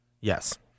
Yes